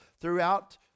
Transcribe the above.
throughout